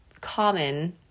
common